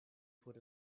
put